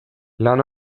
lan